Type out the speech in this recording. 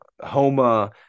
Homa